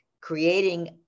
creating